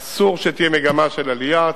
ואסור שתהיה מגמה של עלייה,